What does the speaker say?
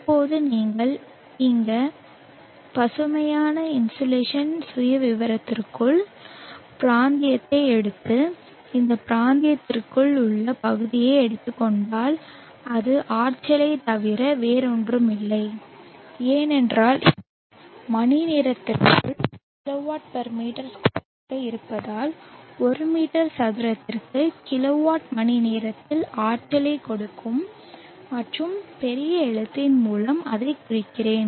இப்போது நீங்கள் இந்த பசுமையான இன்சோலேஷன் சுயவிவரத்திற்குள் பிராந்தியத்தை எடுத்து இந்த பிராந்தியத்திற்குள் உள்ள பகுதியை எடுத்துக் கொண்டால் அது ஆற்றலைத் தவிர வேறொன்றுமில்லை ஏனென்றால் இது மணிநேரத்திற்குள் kW m2 ஆக இருப்பதால் ஒரு மீட்டர் சதுரத்திற்கு கிலோவாட் மணிநேரத்தில் ஆற்றலைக் கொடுக்கும் மற்றும் பெரிய எழுத்தின் மூலம் அதைக் குறிக்கிறேன்